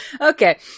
Okay